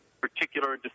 particular